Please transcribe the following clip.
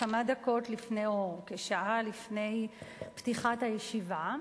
כמה דקות, או כשעה, לפני פתיחת הישיבה,